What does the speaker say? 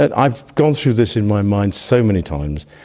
but i've gone through this in my mind so many times